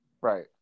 Right